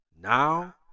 now